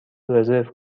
رزرو